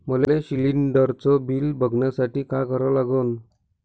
मले शिलिंडरचं बिल बघसाठी का करा लागन?